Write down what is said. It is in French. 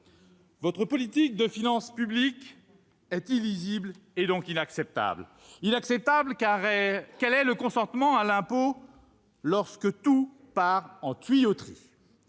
Votre politique des finances publiques est illisible, et donc inacceptable, car quel peut être le consentement à l'impôt lorsque tout part en tuyauterie ?